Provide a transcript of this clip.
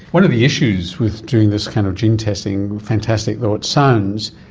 one of the issues with doing this kind of gene testing, fantastic though it sounds,